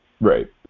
right